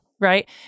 right